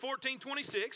14.26